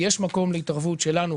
יש מקום להתערבות שלנו,